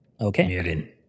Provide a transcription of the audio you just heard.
Okay